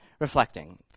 reflecting